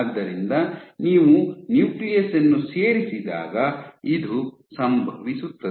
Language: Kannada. ಆದ್ದರಿಂದ ನೀವು ನ್ಯೂಕ್ಲಿಯಸ್ ಅನ್ನು ಸೇರಿಸಿದಾಗ ಇದು ಸಂಭವಿಸುತ್ತದೆ